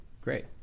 Great